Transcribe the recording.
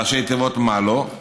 ראשי תיבות מאל"ו,